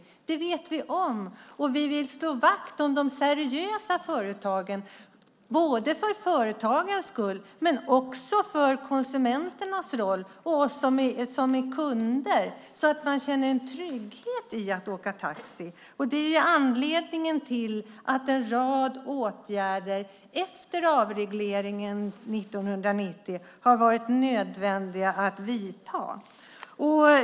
Det vet vi om. Vi vill slå vakt om de seriösa företagen för företagens skull och för konsumenternas och kundernas skull. Man ska kunna känna en trygghet i att åka taxi. Det är anledningen till att en rad åtgärder har varit nödvändiga att vidta efter avregleringen 1990.